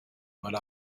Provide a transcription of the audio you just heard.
while